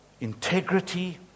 integrity